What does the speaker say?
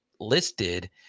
listed